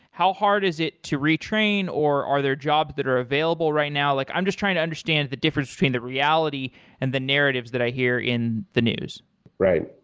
how hard is it to retrain or are there jobs that are available right now? like i'm just trying to understand the difference between the reality and the narratives that i hear in the news right.